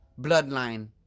bloodline